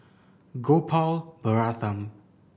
Gopal Baratham